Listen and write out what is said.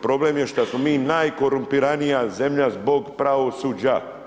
Problem je što smo mi najkorumpiranija zemlja zbog pravosuđe.